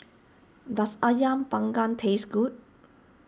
does Ayam Panggang taste good